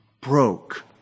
broke